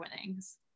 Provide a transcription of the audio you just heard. winnings